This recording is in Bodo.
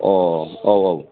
अ' औ औ